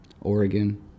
Oregon